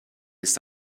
ist